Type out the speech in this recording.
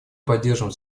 поддерживаем